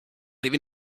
live